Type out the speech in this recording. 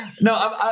No